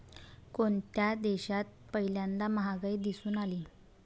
कोणत्या देशात पहिल्यांदा महागाई दिसून आली?